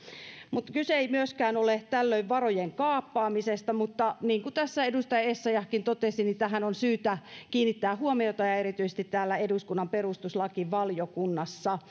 mutta kyse ei myöskään ole varojen kaappaamisesta mutta niin kuin edustaja essayahkin totesi tähän on syytä kiinnittää huomiota ja erityisesti eduskunnan perustuslakivaliokunnassa